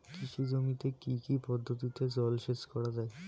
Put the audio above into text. কৃষি জমিতে কি কি পদ্ধতিতে জলসেচ করা য়ায়?